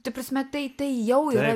taip prasme tai tai jau yra